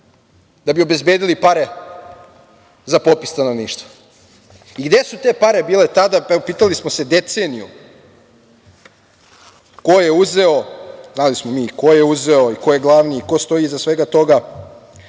da bi obezbedili pare za popis stanovništva. Gde su te pare bile tada, pitali smo se deceniju ko je uzeo? Znali smo mi i koje uzeo i ko je glavni i ko stoji iza svega toga,